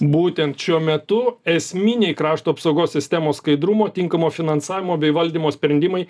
būtent šiuo metu esminiai krašto apsaugos sistemos skaidrumo tinkamo finansavimo bei valdymo sprendimai